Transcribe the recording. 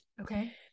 Okay